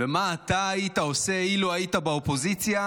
ומה אתה היית עושה אילו היית באופוזיציה,